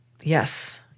yes